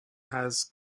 has